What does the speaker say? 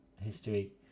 History